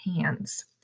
hands